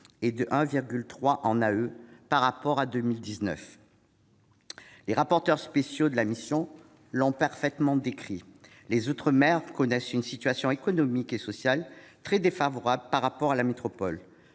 et de 1,3 % en AE par rapport à 2019. Les rapporteurs spéciaux de la mission l'ont parfaitement décrit :« Les outre-mer connaissent une situation économique et sociale très défavorable par rapport à la métropole.